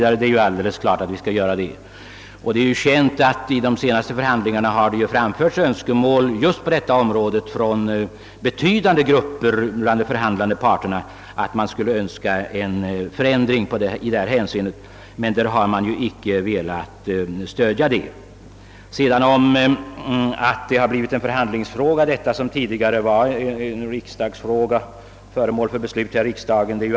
Det är också känt att det just på detta område vid de senaste förhandlingarna från betydande grupper bland de förhandlande parterna har framförts önskemål om en förändring i berört hänseende. Detta önskemål ville man dock icke stödja. Sedan är det alldeles riktigt att det har blivit en förhandlingsfråga av detta spörsmål, som tidigare varit föremål för beslut i riksdagen.